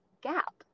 gap